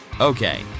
Okay